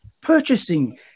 purchasing